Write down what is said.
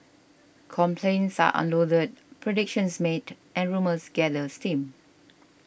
complaints are unloaded predictions made and rumours gather steam